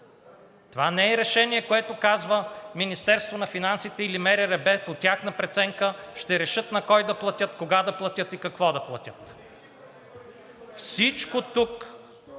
Това не е решение, което казва: Министерството на финансите или МРРБ по тяхна преценка ще решат на кого да платят, кога да платят и какво да платят. Всичко тук